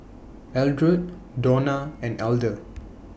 Eldred Dawna and Elder